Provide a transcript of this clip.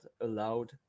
allowed